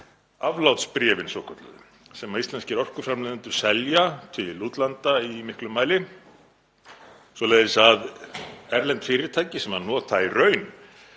aflátsbréfin svokölluðu sem íslenskir orkuframleiðendur selja til útlanda í miklum mæli svoleiðis að erlend fyrirtæki, sem nota í raun